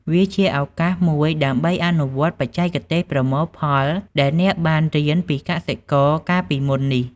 វាជាឱកាសមួយដើម្បីអនុវត្តនូវបច្ចេកទេសប្រមូលផលដែលអ្នកបានរៀនពីកសិករកាលពីមុននេះ។